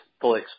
fully